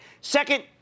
Second